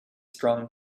strong